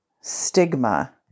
stigma